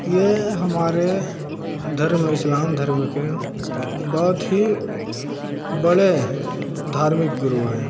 ये हमारे धर्म इस्लाम धर्म के बहुत ही बड़े धार्मिक गुरू हैं